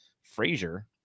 Frazier